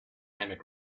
hammock